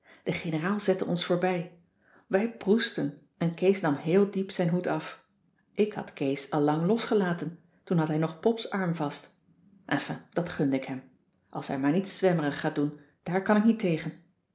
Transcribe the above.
de generaal zette ons voorbij wij proestten en kees nam heel diep zijn hoed af ik had kees allang losgelaten toen had hij nog pop's arm vast enfin dat gunde ik hem als hij maar niet zwemmerig gaat doen daar kan ik niet tegen